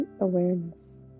awareness